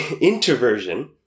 introversion